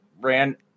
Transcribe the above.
ran